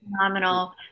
phenomenal